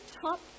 top